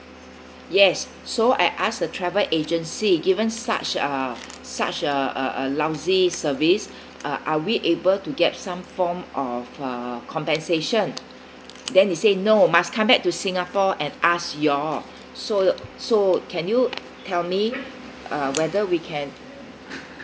yes so I ask the travel agency given such a such a a a lousy service uh are we able to get some form of compensation then he said no must come back to singapore and ask you all so so can you tell me uh whether we can